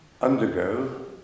undergo